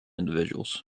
individuals